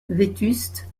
vétuste